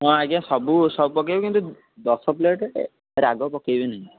ହଁ ଆଜ୍ଞା ସବୁ ସବୁ ପକେଇବେ କିନ୍ତୁ ଦଶ ପ୍ଲେଟ୍ ରାଗ ପକାଇବେନି